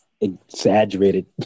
exaggerated